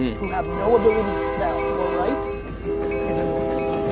who have no ability to spell or write is enormous.